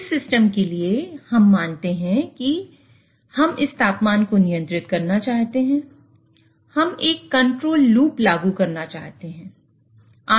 इस सिस्टम के लिए हम मानते हैं कि हम इस तापमान को नियंत्रित करना चाहते हैं